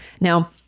Now